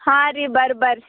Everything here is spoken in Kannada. ಹಾಂ ರೀ ಬರ್ರಿ ಬರ್ರಿ